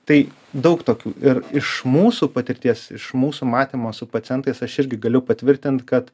tai daug tokių ir iš mūsų patirties iš mūsų matymo su pacientais aš irgi galiu patvirtint kad